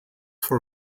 for